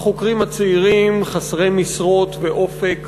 החוקרים הצעירים חסרי משרות ואופק